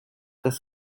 des